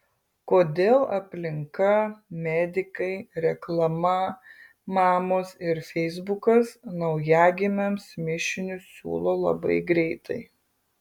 kodėl aplinka medikai reklama mamos ir feisbukas naujagimiams mišinius siūlo labai greitai